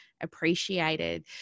appreciated